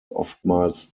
oftmals